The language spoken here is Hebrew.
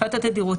מבחינת התדירות,